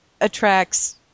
attracts